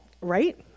Right